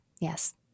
Yes